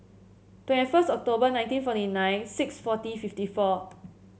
twenty first October nineteen forty nine six fourteen fifty four